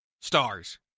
stars